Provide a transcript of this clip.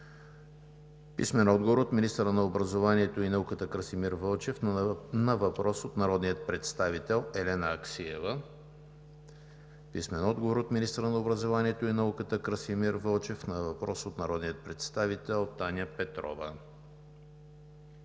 Веселин Марешки; - министъра на образованието и науката Красимир Вълчев на въпрос от народния представител Елена Аксиева; - министъра на образованието и науката Красимир Вълчев на въпрос от народния представител Таня Петрова;